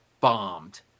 bombed